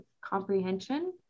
comprehension